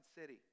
city